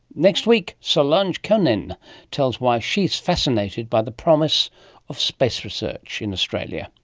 next week, solange cunin tells why she's fascinated by the promise of space research in australia.